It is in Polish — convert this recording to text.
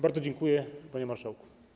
Bardzo dziękuję, panie marszałku.